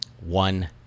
One